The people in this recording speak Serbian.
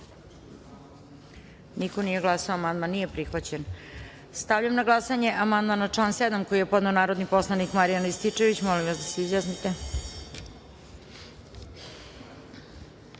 niko nije glasao. Amandman nije prihvaćen. Stavljam na glasanje amandman na član 7. koji je podneo narodni poslanik Marijan Rističević. Molim vas da se